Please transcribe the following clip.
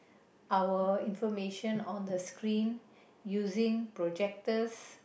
our information on the screen using projectors